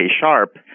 Sharp